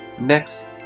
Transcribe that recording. Next